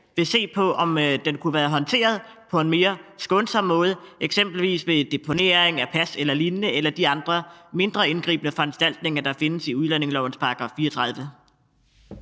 vil se på, om den kunne være håndteret på en mere skånsom måde, eksempelvis ved deponering af pas eller lignende eller med de andre mindre indgribende foranstaltninger, der findes i udlændingelovens § 34.